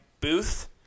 Booth